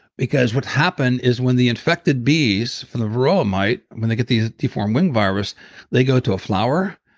because what happened is when the infected bees from the varroa mite, when they get these deformed wing virus they go to a flower,